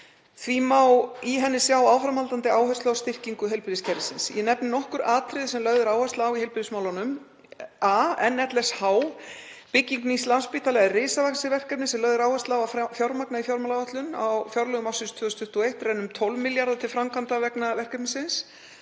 Því má í henni sjá áframhaldandi áherslu á styrkingu heilbrigðiskerfisins. Ég nefni nokkur atriði sem lögð er áhersla á í heilbrigðismálunum: a. NLSH: Bygging nýs Landspítala er risavaxið verkefni sem lögð er áhersla á að fjármagna í fjármálaáætlun. Á fjárlögum ársins 2021 renna 12 milljarðar til framkvæmda vegna verkefnisins.